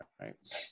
Right